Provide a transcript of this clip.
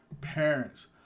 Parents